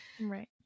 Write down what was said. Right